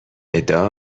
ادعا